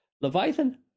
Leviathan